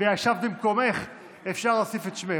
וישבת במקומך אפשר להוסיף את שמך.